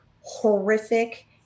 horrific